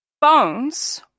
Bones